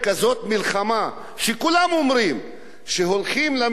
כשכולם אומרים שהולכים למלחמה ויודעים מתי היא